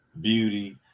Beauty